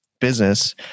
business